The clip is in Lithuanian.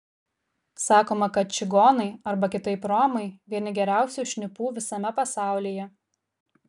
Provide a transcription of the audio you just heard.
sakoma kad čigonai arba kitaip romai vieni geriausių šnipų visame pasaulyje